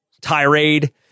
tirade